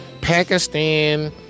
Pakistan